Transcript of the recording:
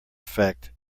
effect